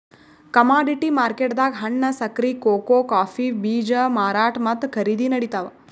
commodity ಮಾರ್ಕೆಟ್ದಾಗ್ ಹಣ್ಣ್, ಸಕ್ಕರಿ, ಕೋಕೋ ಕಾಫೀ ಬೀಜ ಮಾರಾಟ್ ಮತ್ತ್ ಖರೀದಿ ನಡಿತಾವ್